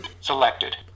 Selected